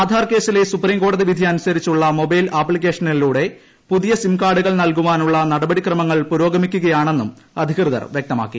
അധാർ കേസില്ലെ സുപ്രീംകോടതി വിധി അനുസരിച്ചുള്ള മൊബൈൽ ആപ്പിക്കേഷിനിലൂടെ പുതിയ സിം കാർഡുകൾ നൽകാ നുള്ള നടപടി ക്രമങ്ങൾ പുരോഗമിക്കുകയാണെന്നും അധികൃതർ വ്യക്തമാക്കി